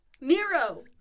nero